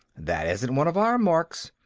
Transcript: that isn't one of our marks,